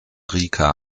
rica